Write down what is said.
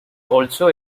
also